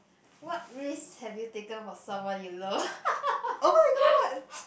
what risk have you taken for someone you love